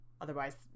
Otherwise